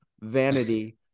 vanity